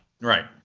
Right